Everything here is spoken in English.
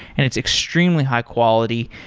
and it's extremely high quality.